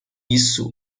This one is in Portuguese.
isso